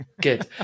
Good